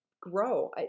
grow